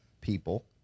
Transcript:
people